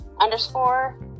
underscore